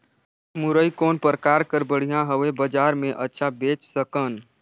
मुरई कौन प्रकार कर बढ़िया हवय? बजार मे अच्छा बेच सकन